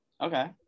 Okay